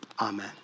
Amen